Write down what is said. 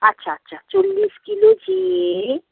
আচ্ছা আচ্ছা চল্লিশ কিলো ঝিঙে